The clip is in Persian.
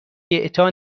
اعطا